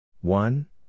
One